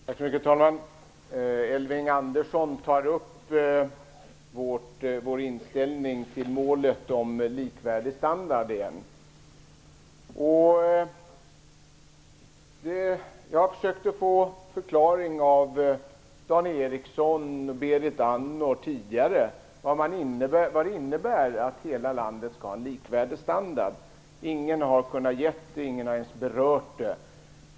Herr talman! Elving Andersson tar åter upp vår inställning till målet om likvärdig standard. Jag försökte tidigare få en förklaring av Dan Ericsson och Berit Andnor till vad det innebär att hela landet skall ha likvärdig standard. Ingen har kunnat ge någon förklaring och ingen har ens berört frågan.